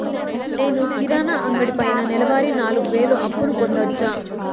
నేను కిరాణా అంగడి పైన నెలవారి నాలుగు వేలు అప్పును పొందొచ్చా?